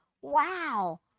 Wow